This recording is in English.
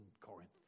Corinth